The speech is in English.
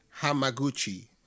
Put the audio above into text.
Hamaguchi